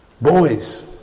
Boys